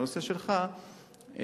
לנושא שלך,